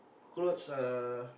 clothes uh